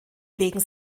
wegen